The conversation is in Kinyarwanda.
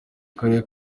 karere